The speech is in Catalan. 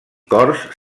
cors